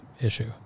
issue